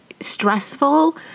stressful